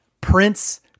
Prince